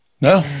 No